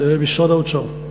זה משרד האוצר.